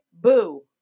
boo